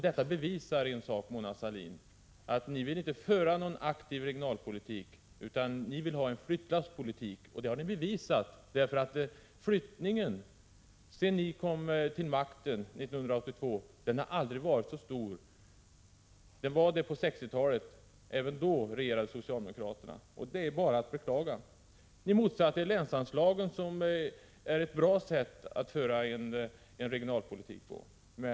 Detta visar att ni inte vill föra någon aktiv regionalpolitik, utan ni vill ha en flyttlasspolitik, Mona Sahlin. Flyttningen har aldrig varit så stor som sedan ni kom till makten 1982. Jo, den var det på 1960-talet — även då regerade socialdemokraterna. Det är bara att beklaga. Ni motsatte ert.ex. länsanslagen, som är ett bra sätt att bedriva regionalpolitik på.